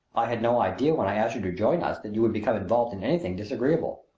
i had no idea when i asked you to join us that you would become involved in anything disagreeable.